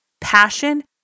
passion